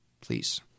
please